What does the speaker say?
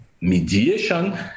mediation